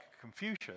Confucius